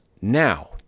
now